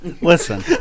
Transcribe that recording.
Listen